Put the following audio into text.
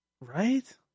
Right